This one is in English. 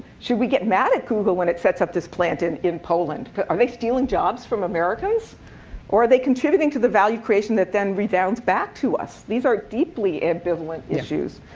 should we get mad at google when it sets up this plant in in poland? but are they stealing jobs from americans? or are they contributing to the value creation that then rebounds back to us? these are deeply ambivalent issues.